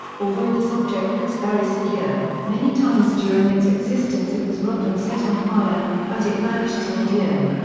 although this object looks very secure, many times during its existence it was robbed and set on fire, but it managed to endure.